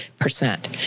percent